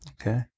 Okay